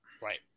Right